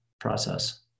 process